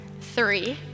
Three